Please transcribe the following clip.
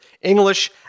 English